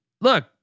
look